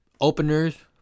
openers